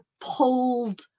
pulled